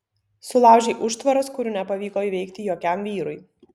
sulaužei užtvaras kurių nepavyko įveikti jokiam vyrui